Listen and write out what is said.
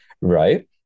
right